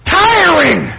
tiring